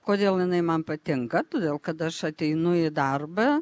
kodėl jinai man patinka todėl kad aš ateinu į darbą